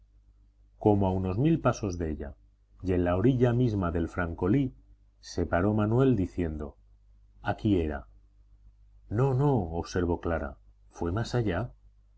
como a unos mil pasos de ella y en la orilla misma del francolí se paró manuel diciendo aquí era no no observó clara fue más allá